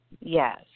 yes